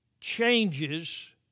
changes